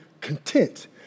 content